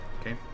Okay